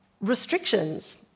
restrictions